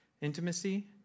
Intimacy